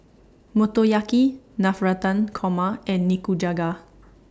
Motoyaki Navratan Korma and Nikujaga